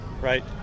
Right